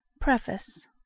Preface